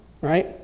right